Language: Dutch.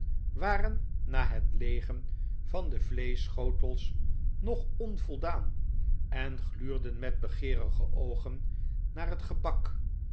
waren na het leegen van de vleeschschotels nog onvoldaan en gluurden met begeerige oogen naar het gebak